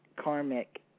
karmic